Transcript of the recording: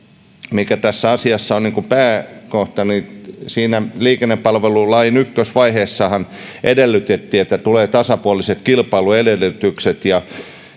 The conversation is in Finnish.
mikä tässä asiassa on pääkohta siinä liikennepalvelulain ykkösvaiheessahan edellytettiin että tulee tasapuoliset kilpailuedellytykset ja